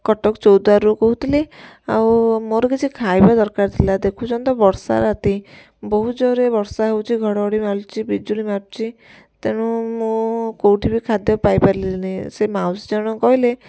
କଟକ ଚୌଦ୍ୱାରରୁ କହୁଥିଲି ଆଉ ମୋର କିଛି ଖାଇବା ଦରକାର ଥିଲା ଦେଖୁଛନ୍ତି ତ ବର୍ଷା ରାତି ବହୁତ ଜୋରରେ ବର୍ଷା ହଉଛି ଘଡ଼ଘଡ଼ି ମାଲୁଛି ବିଜୁଳି ମାରୁଛି ତେଣୁ ମୁଁ କେଉଁଠିବି ଖାଦ୍ୟ ପାଇପାରିଲିନି ସେ ମାଉସୀ ଜଣକ କହିଲେ